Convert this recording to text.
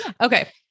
Okay